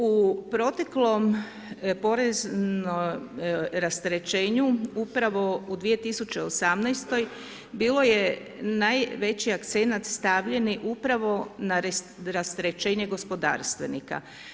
U proteklom poreznom rasterećenju upravo u 2018. bilo je najveći ekscenat stavljen upravo na rasterećenje gospodarstvenika.